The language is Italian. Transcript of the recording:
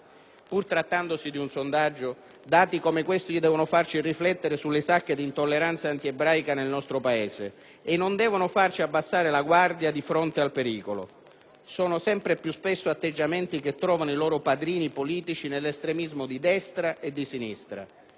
Pur trattandosi di un sondaggio, dati come questi devono farci riflettere sulle sacche di intolleranza antiebraica nel nostro Paese e non devono farci abbassare la guardia di fronte al pericolo. Sono sempre più spesso atteggiamenti che trovano i loro padrini politici nell'estremismo di destra e di sinistra.